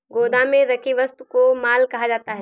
गोदाम में रखी वस्तु को माल कहा जाता है